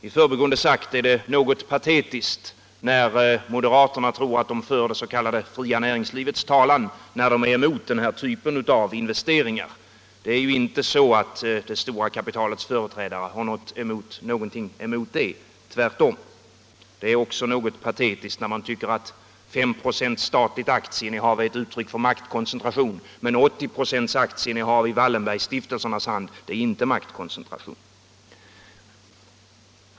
I förbigående sagt är det något patetiskt när moderaterna tror att de för det s.k. fria näringslivets talan när de är emot den här typen av investeringar. Det är inte så att storkapitalets företrädare har någonting emot det, tvärtom. Det är också något patetiskt när man tycker att 5 96 aktieinnehav är ett uttryck för maktkoncentration, men 80 96 aktieinnehav i Wallenbergstiftelsernas hand inte är maktkoncentration.